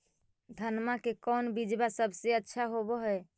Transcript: धनमा के कौन बिजबा सबसे अच्छा होव है?